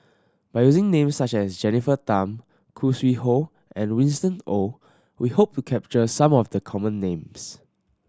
by using names such as Jennifer Tham Khoo Sui Hoe and Winston Oh we hope to capture some of the common names